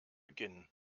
beginnen